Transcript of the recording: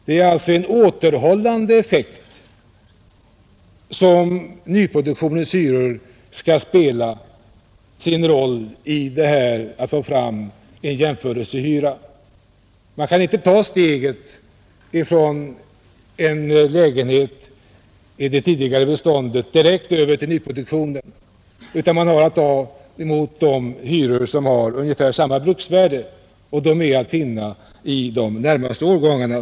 Det är alltså en återhållande effekt som nyproduktionens hyror skall ha när det gäller att få fram en jämförelsehyra. Man kan inte ta steget från en lägenhet i det tidigare beståndet direkt över till nyproduktionen, utan man har att jämföra med lägenheter som har ungefär samma bruksvärde, och de är som regel att finna i de närmaste årgångarna.